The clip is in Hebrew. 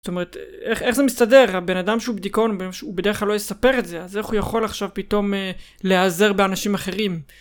זאת אומרת, איך זה מסתדר, הבן אדם שהוא בדיכאון, הוא בדרך כלל לא יספר את זה, אז איך הוא יכול עכשיו פתאום להעזר באנשים אחרים?